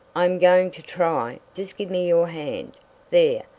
i am going to try. just give me your hand there,